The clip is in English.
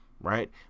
Right